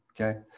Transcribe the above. Okay